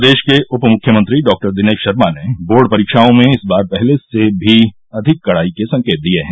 प्रदेश के उप मुख्यमंत्री डॉ दिनेश शर्मा ने बोर्ड परीक्षाओं में इस बार पहले से भी अधिक कड़ाई के संकेत दिए हैं